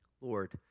Lord